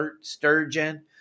sturgeon